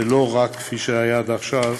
ולא רק כפי שהיה עד עכשיו,